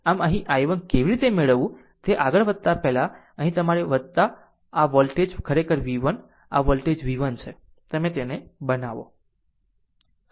આમ અહીં i1 કેવી રીતે મેળવવું તે આગળ વધતા પહેલા અહીં તમારી આ વોલ્ટેજ ખરેખર v 1 આ વોલ્ટેજ v 1 છે તમે તેને બનાવો